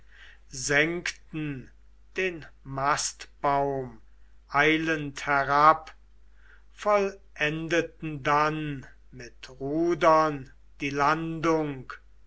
senkten den mastbaum eilend herab vollendeten dann mit rudern die landung